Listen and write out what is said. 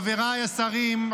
חבריי השרים,